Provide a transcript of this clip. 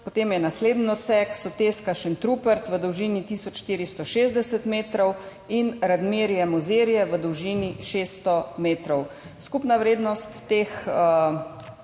Potem je naslednji odsek Soteska–Šentrupert v dolžini tisoč 460 metrov in Radmirje–Mozirje v dolžini 600 metrov. Skupna vrednost teh